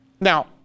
Now